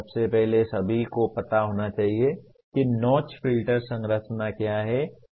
सबसे पहले सभी को पता होना चाहिए कि नौच फ़िल्टर संरचना क्या है